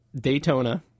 Daytona